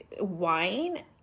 Wine